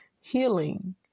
healing